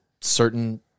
certain